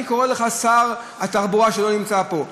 אני קורא לך, שר התחבורה שלא נמצא פה: